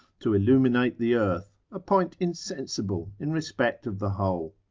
to illuminate the earth, a point insensible in respect of the whole.